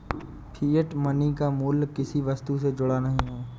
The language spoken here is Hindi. फिएट मनी का मूल्य किसी वस्तु से जुड़ा नहीं है